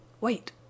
Wait